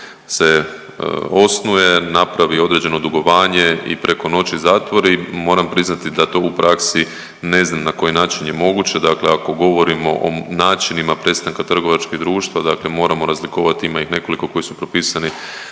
se osnuje, napravi određeno dugovanje i preko noći zatvori moram priznati da to u praksi ne znam na koji način je moguće. Dakle, ako govorimo o načinima prestanka trgovačkih društva dakle moramo razlikovati ima ih nekoliko koji su propisani